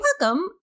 welcome